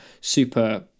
super